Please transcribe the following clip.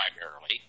primarily